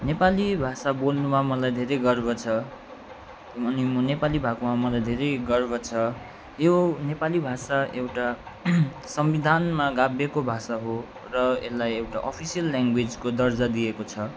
नेपाली भाषा बोल्नुमा मलाई धेरै गर्व छ अनि म नेपाली भएकोमा मलाई धेरै गर्व छ यो नेपाली भाषा एउटा संविधानमा गाभिएको भाषा हो र यसलाई एउटा अफिसियल ल्याङ्ग्वेजको दर्जा दिएको छ